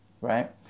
right